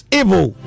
evil